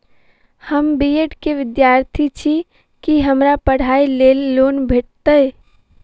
हम B Ed केँ विद्यार्थी छी, की हमरा पढ़ाई लेल लोन भेटतय?